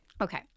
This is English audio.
Okay